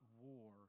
war